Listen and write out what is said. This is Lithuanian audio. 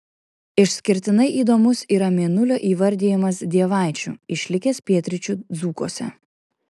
išskirtinai įdomus yra mėnulio įvardijimas dievaičiu išlikęs pietryčių dzūkuose